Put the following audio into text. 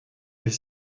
est